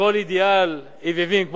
כל אידיאל עוועים,